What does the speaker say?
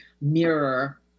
mirror